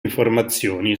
informazioni